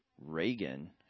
Reagan